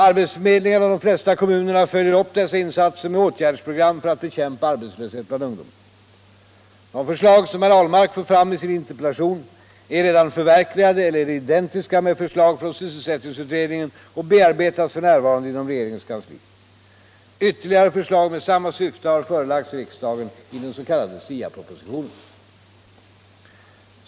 Arbetsförmedlingarna och de flesta kommunerna följer upp dessa insatser med åtgärdsprogram för att bekämpa arbetslöshet bland ungdomarna. De förslag som herr Ahlmark för fram i sin interpellation är redan förverkligade eller är identiska med förslag från sysselsättningsutredningen och bearbetas för närvarande inom regeringens kansli. Ytterligare förslag med samma syfte har förelagts riksdagen i den s.k. SIA-propositionen.